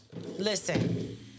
Listen